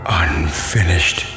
unfinished